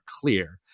clear